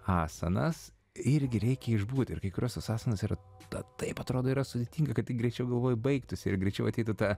asanas irgi reikia išbūti ir kai kurios asasanos yra ta taip atrodo yra sudėtinga kad tik greičiau galvoji baigtųsi ir greičiau ateitų ta